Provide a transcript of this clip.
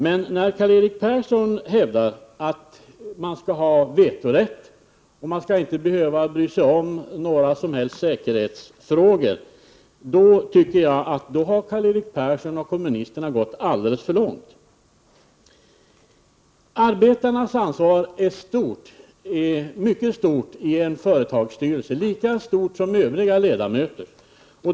Men när Karl-Erik Persson påstår att arbetstagarna skall ha vetorätt och inte behöva bry sig om några som helst säkerhetsfrågor, då tycker jag att Karl-Erik Persson och kommunisterna har gått alldeles för långt. Arbetarnas ansvar är stort, mycket stort, i en företagsstyrelse, lika stort som övriga ledamöters.